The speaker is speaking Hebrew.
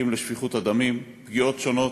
אם לשפיכות הדמים, פגיעות שונות,